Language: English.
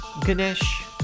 Ganesh